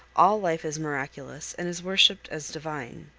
all life is miraculous and is worshiped as divine.